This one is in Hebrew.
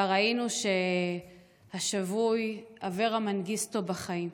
וראינו שהשבוי אברה מנגיסטו בחיים.